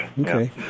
Okay